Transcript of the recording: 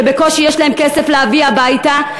כשבקושי יש להם כסף להביא הביתה,